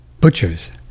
Butchers